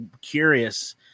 curious